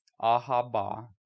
Ahaba